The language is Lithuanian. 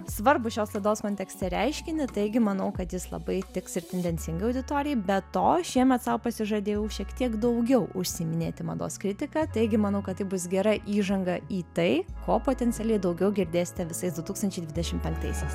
svarbų šios laidos kontekste reiškinį taigi manau kad jis labai tiks ir tendencingai auditorijai be to šiemet sau pasižadėjau šiek tiek daugiau užsiiminėti mados kritika taigi manau kad tai bus gera įžanga į tai o potencialiai daugiau girdėsite visais du tūkstančiai dvidešim penktaisiais